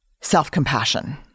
self-compassion